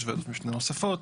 יש ועדות משנה נוספות.